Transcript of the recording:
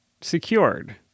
secured